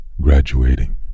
graduating